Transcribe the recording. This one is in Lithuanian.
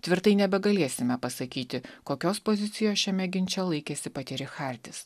tvirtai nebegalėsime pasakyti kokios pozicijos šiame ginče laikėsi pati richardis